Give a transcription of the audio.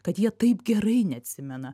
kad jie taip gerai neatsimena